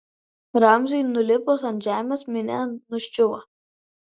ramziui nulipus ant žemės minia nuščiuvo